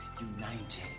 united